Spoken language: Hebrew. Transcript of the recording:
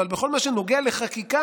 אבל בכל מה שנוגע לחקיקה,